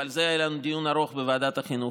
ועל זה היה לנו דיון ארוך בוועדת החינוך,